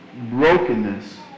Brokenness